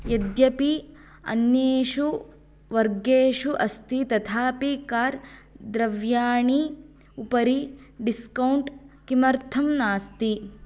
यद्यपि अन्येषु वर्गेषु अस्ति तथापि कार् द्रव्याणि उपरि डिस्कौण्ट् किमर्थम् नास्ति